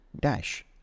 dash